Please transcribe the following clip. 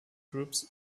groups